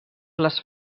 les